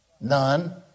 None